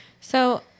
So-